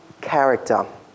character